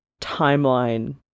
timeline